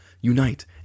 unite